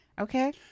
okay